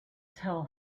tell